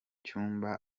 cyumba